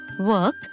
work